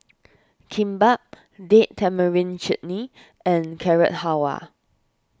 Kimbap Date Tamarind Chutney and Carrot Halwa